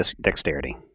dexterity